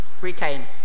Retain